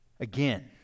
Again